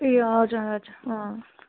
ए हजुर हजुर अँ